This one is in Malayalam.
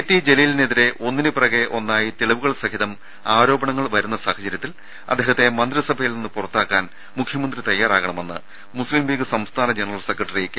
ടി ജലീലിനെതിരെ ഒന്നിനു പിറകെ ഒന്നായി തെളിവുകൾ സഹിതം ആരോപണങ്ങൾ വരുന്ന സാഹചരൃത്തിൽ അദ്ദേഹത്തെ മന്ത്രിസ്ട്രഭയിൽനിന്ന് പുറത്താക്കാൻ മുഖ്യമന്ത്രി തയ്യാറാവ്ണമെന്ന് മുസ് ലിംലീഗ് സംസ്ഥാന ജനറൽ സെക്രട്ടറി കെ